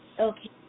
Okay